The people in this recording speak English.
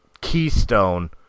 keystone